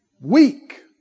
Weak